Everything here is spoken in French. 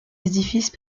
édifices